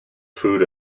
food